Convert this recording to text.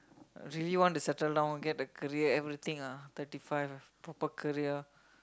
really want to settle down get a career everything ah thirty five proper career